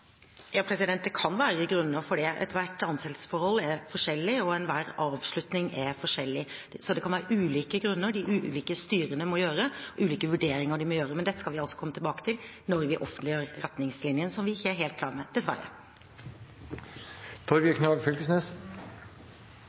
Det kan være grunner for det. Ethvert ansettelsesforhold er forskjellig, og enhver avslutning er forskjellig, så det kan være ulike grunner. De ulike styrene må gjøre ulike vurderinger, men dette skal vi altså komme tilbake til når vi offentliggjør retningslinjene som vi ikke er helt klare med, dessverre.